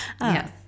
Yes